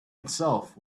itself